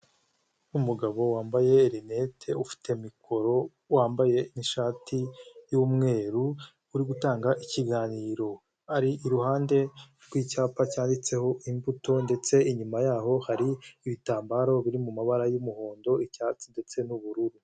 Umugabo wambaye rinete ufite mikoro wambaye ishati y'umweru, uri gutanga ikiganiro. Ari iruhande rw'icyapa cyanditseho imbuto ndetse inyuma yaho hari ibitambaro biri mumabara y'umuhondo icyatsi ndetse n'ubururu.